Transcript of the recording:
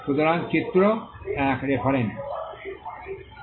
সুতরাং চিত্র 1 রেফারেন্স